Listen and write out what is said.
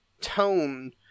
tone